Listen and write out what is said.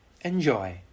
enjoy